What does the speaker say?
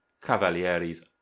cavalieri's